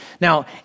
Now